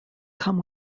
come